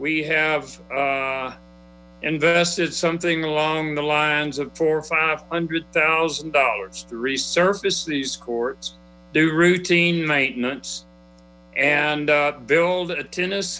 we have invested something along the lines of four or five hundred thousand dollars to resurface these courts do routine maintenance and build a tennis